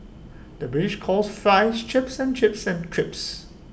the British calls Fries Chips and chips and crisps